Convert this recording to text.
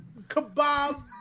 kebab